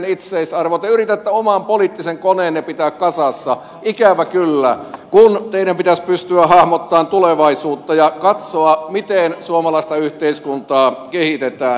te yritätte oman poliittisen koneenne pitää kasassa ikävä kyllä kun teidän pitäisi pystyä hahmottamaan tulevaisuutta ja katsoa miten suomalaista yhteiskuntaa kehitetään